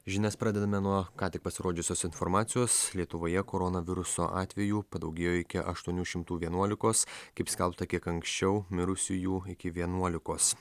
žinias pradedame nuo ką tik pasirodžiusios informacijos lietuvoje koronaviruso atvejų padaugėjo iki aštuonių šimtų vienuolikos kaip skelbta kiek anksčiau mirusiųjų iki vienuolikos